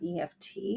EFT